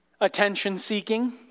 Attention-seeking